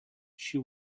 she